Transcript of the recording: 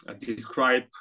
describe